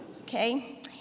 okay